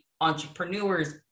entrepreneurs